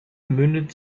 mündet